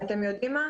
אתם יודעים מה?